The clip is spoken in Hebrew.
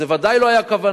זה ודאי לא היה הכוונה,